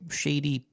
shady